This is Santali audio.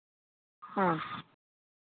ᱦᱮᱸ